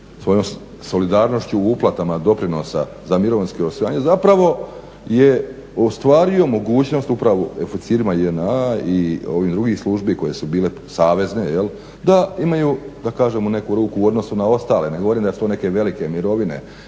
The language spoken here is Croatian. svojom solidarnošću uplatama doprinosa za mirovinsko osiguranje zapravo je ostvario mogućnost upravo oficirima JNA i ovih drugih službi koje su bile savezne da imaju da kažem u neku ruku u odnosu na ostale, ne govorim da su to neke velike mirovine,